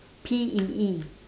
P E E